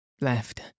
left